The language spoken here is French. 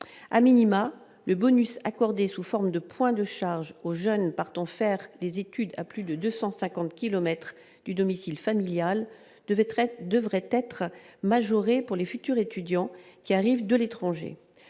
a minima le bonus accordé sous forme de points de charge aux jeunes partant faire des études à plus de 250 km du domicile familial devait très devrait être majoré pour les futurs étudiants qui arrivent de l'étranger,